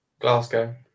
Glasgow